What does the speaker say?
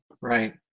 right